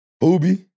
Booby